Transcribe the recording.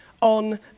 on